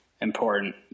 important